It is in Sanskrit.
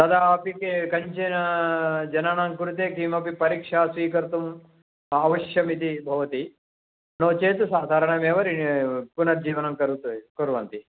तदापि के कञ्चन जनानां कृते किमपि परीक्षा स्वीकर्तुम् आवश्यकमिति भवति नोचेत् साधारणमेव पुनर्जीवनं करोति कुर्वन्ति